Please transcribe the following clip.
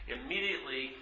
Immediately